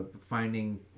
finding